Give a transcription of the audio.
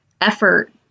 effort